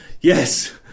Yes